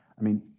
i mean,